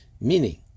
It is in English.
Meaning